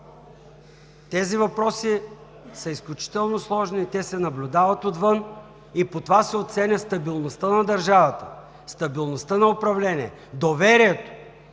Тези въпроси са изключително сложни, те се наблюдават отвън и по това се оценява стабилността на държавата, стабилността на управлението, доверието.